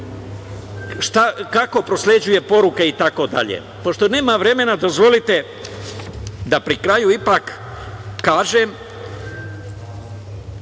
kako prosleđuje poruke i tako dalje. Pošto nema vremena, dozvolite da pri kraju ipak kažem